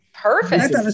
Perfect